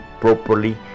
properly